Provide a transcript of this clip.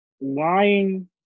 lying